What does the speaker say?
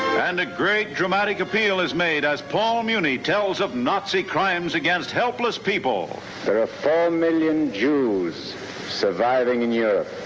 and a great dramatic appeal is made as paul muni tells of nazi crimes against helpless people there are four million jews surviving in europe